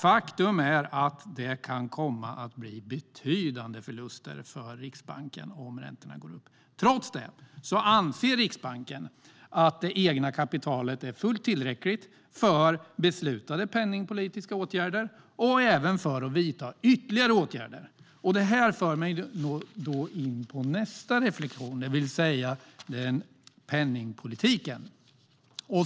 Faktum är att det kan komma att bli betydande förluster för Riksbanken om räntorna går upp. Trots det anser Riksbanken att det egna kapitalet är fullt tillräckligt för beslutade penningpolitiska åtgärder och även för att vidta ytterligare åtgärder. Detta för mig in på min andra reflektion, det vill säga penningpolitiken.